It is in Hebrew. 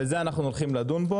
ובזה אנחנו הולכים לדון.